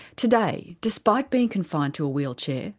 today, despite being confined to a wheelchair,